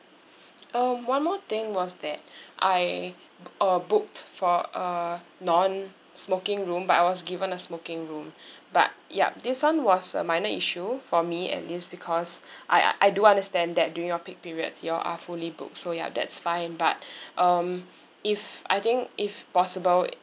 um one more thing was that I uh booked for a non-smoking room but I was given a smoking room but yup this one was a minor issue for me at least because I I do understand that during your peak periods you all are fully booked so ya that's fine but um if I think if possible